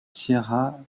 sierra